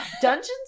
Dungeons